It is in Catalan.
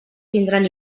tindran